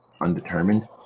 undetermined